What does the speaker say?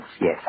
yes